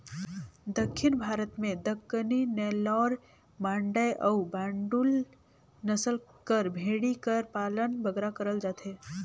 दक्खिन भारत में दक्कनी, नेल्लौर, मांडय अउ बांडुल नसल कर भेंड़ी कर पालन बगरा करल जाथे